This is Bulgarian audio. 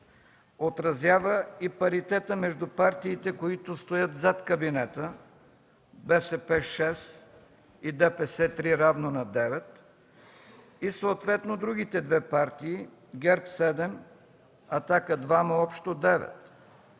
отразява и паритета между партиите, които стоят зад кабинета: БСП – 6, и ДПС – 3, равно на 9, и съответно другите две партии: ГЕРБ – 7, „Атака” – 2, общо 9